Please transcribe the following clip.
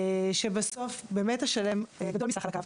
שבסוף באמת השלם גדול מסך חלקיו.